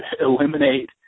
eliminate